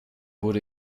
wurde